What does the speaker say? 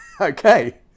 okay